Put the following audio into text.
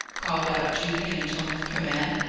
called out judy in a tone of command,